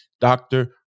doctor